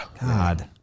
god